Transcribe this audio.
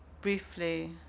briefly